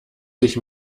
sich